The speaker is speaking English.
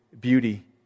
beauty